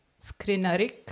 Skrinarik